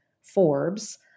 Forbes